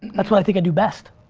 that's what i think i do best.